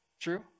true